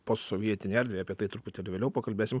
posovietinei erdvei apie tai truputį vėliau pakalbėsim